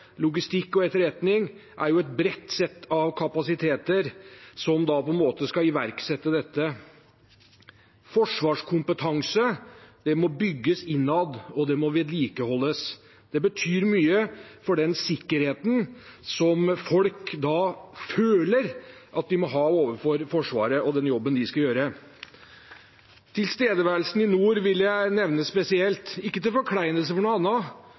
logistikk og etterretning er et bredt sett av kapasiteter som på en måte skal iverksette dette. Forsvarskompetanse må bygges innad, og det må vedlikeholdes. Det betyr mye for den sikkerheten som folk føler at de må ha overfor Forsvaret og den jobben de skal gjøre. Tilstedeværelsen i nord vil jeg nevne spesielt – ikke til forkleinelse for noe